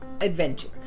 adventure